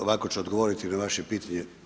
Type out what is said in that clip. Ovako ću odgovoriti na vaše pitanje.